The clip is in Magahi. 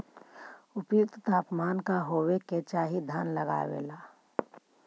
उपयुक्त तापमान का होबे के चाही धान लगावे ला?